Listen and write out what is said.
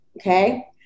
Okay